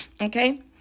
okay